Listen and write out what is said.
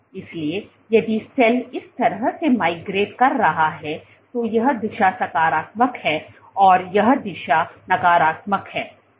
इसलिए यदि सेल इस तरह से माइग्रेट कर रहा है तो यह दिशा सकारात्मक है और यह दिशा नकारात्मक है